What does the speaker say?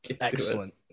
excellent